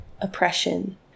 oppression